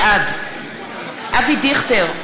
בעד אבי דיכטר,